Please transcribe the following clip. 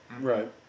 Right